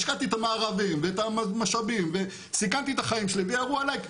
השקעתי את המארבים ואת המשאבים וסיכנתי את החיים שלי וירו עליי.